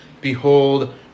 Behold